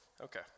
Okay